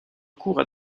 recours